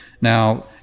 now